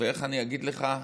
ואיך אני אגיד לך?